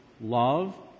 love